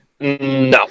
No